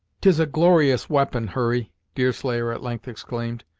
tis a glorious we'pon, hurry! deerslayer at length exclaimed,